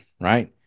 right